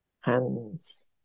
hands